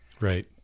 Right